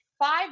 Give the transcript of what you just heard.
Five